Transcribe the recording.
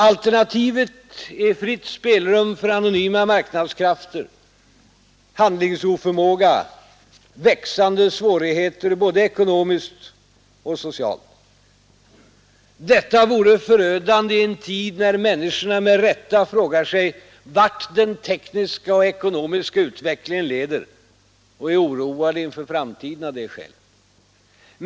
Alternativet är fritt spelrum för anonyma marknadskrafter, handlingsoförmåga, växande svårigheter både ekonomiskt och socialt. Detta vore förödande i en tid när människorna med rätta frågar sig vart den tekniska och ekonomiska utvecklingen leder och är oroade inför framtiden.